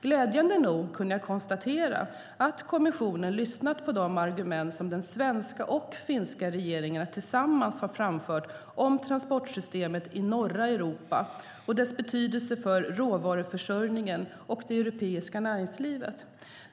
Glädjande nog kunde jag konstatera att kommissionen hade lyssnat på de argument som de svenska och finska regeringarna tillsammans har framfört om transportsystemet i norra Europa och dess betydelse för råvaruförsörjningen och det europeiska näringslivet.